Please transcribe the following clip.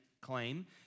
claim